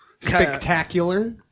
Spectacular